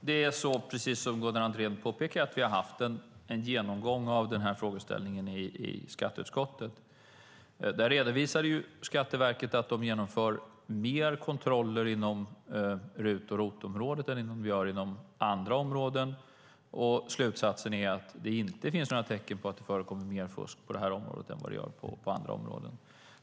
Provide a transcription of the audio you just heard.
Herr talman! Precis som Gunnar Andrén påpekar har vi haft en genomgång av denna frågeställning i skatteutskottet. Där redovisade Skatteverket att de genomför fler kontroller inom RUT och ROT-området än inom andra områden. Och slutsatsen är att det inte finns några tecken på att det förekommer mer fusk på detta område än på andra områden.